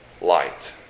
light